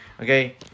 Okay